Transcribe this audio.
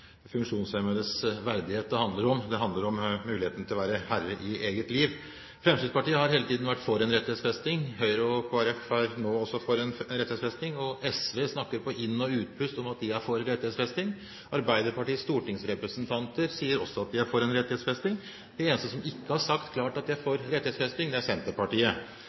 handler om funksjonshemmedes verdighet. Det handler om muligheten til å være herre i eget liv. Fremskrittspartiet har hele tiden vært for en rettighetsfesting. Høyre og Kristelig Folkeparti er nå også for en rettighetsfesting, og SV snakker på inn- og utpust om at de er for rettighetsfesting. Arbeiderpartiets stortingsrepresentanter sier også at de er for en rettighetsfesting. De eneste som ikke har sagt klart at de er for en rettighetsfesting, er